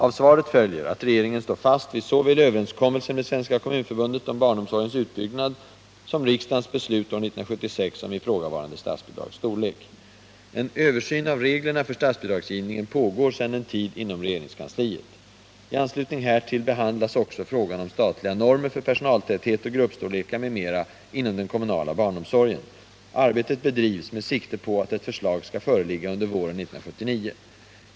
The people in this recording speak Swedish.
Av svaret följer att regeringen står fast vid såväl överenskommelsen med Svenska kommunförbundet om barnomsorgens utbyggnad som riksdagens beslut år 1976 om ifrågavarande statsbidrags storlek. En översyn av reglerna för statsbidragsgivningen pågår sedan en tid inom regeringskansliet. I anslutning härtill behandlas också frågan om statliga normer för personaltäthet och gruppstorlekar m.m. inom den kommunala barnomsorgen. Arbetet bedrivs med sikte på att ett förslag skall föreligga under våren 1979.